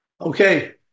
Okay